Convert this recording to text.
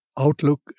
Outlook